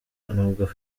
nubwo